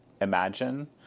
imagine